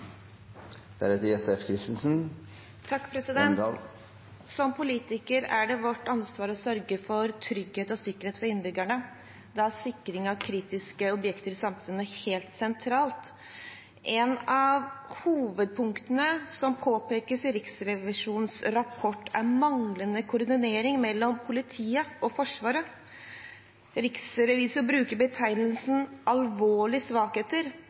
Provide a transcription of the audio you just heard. det vårt ansvar å sørge for trygghet og sikkerhet for innbyggerne. Da er sikring av kritiske objekter i samfunnet helt sentralt. Et av hovedpunktene som påpekes i Riksrevisjonens rapport, er manglende koordinering mellom politiet og Forsvaret. Riksrevisor bruker betegnelsen «alvorlige svakheter»